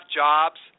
jobs